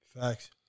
Facts